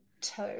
two